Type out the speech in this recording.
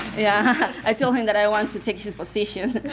yeah i still think that i want to take your position.